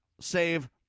save